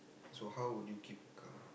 so how would you keep a car